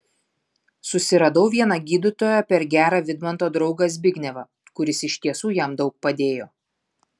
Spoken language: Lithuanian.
susiradau vieną gydytoją per gerą vidmanto draugą zbignevą kuris iš tiesų jam daug padėjo